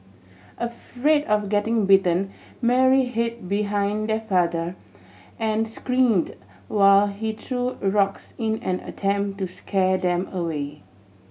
afraid of getting bitten Mary hid behind her father and screamed while he threw a rocks in an attempt to scare them away